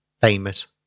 famous